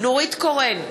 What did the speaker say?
נורית קורן,